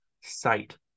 sight